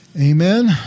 Amen